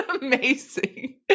amazing